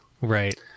right